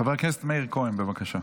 חבר הכנסת מאיר כהן, בבקשה.